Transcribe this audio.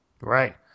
Right